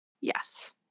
Yes